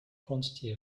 quantity